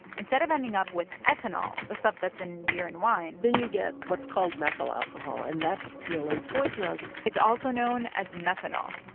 instead of ending up with ethanol, the stuff that's in beer and wine. then you get what's called methyl alcohol, and that's really poisonous it's also known as methanol,